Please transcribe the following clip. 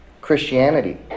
Christianity